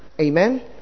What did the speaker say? Amen